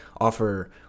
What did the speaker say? offer